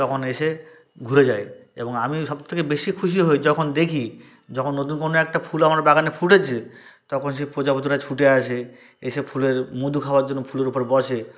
তখন এসে ঘুরে যায় এবং আমিও সবথেকে বেশি খুশি হই যখন দেখি যখন নতুন কোনো একটা ফুল আমার বাগানে ফুটেছে তখন সেই প্রজাপতিরা ছুটে আসে এসে ফুলের মধু খাওয়ার জন্য ফুলের উপর বসে